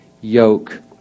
yoke